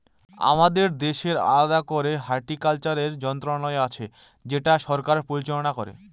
আমাদের দেশে আলাদা করে হর্টিকালচারের মন্ত্রণালয় আছে যেটা সরকার পরিচালনা করে